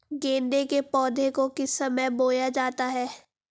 गेंदे के पौधे को किस समय बोया जाता है?